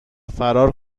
فرار